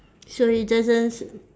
so it doesn't